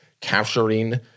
capturing